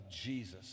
Jesus